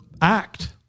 act